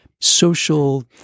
social –